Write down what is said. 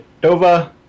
Dova